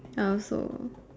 I also